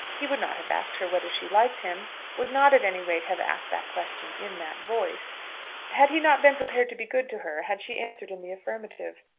he would not have asked her whether she liked him would not, at any rate, have asked that question in that voice had he not been prepared to be good to her had she answered in the affirmative.